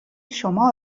شما